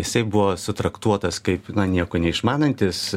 jisai buvo sutraktuotas kaip nieko neišmanantis